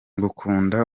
ngukunda